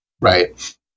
right